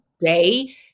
day